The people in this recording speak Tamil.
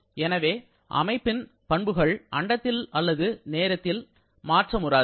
எனவே அமைப்பின் பண்புகள் அண்டத்தில் அல்லது நேரத்திலோ மாற்றமுறாது